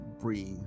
breathe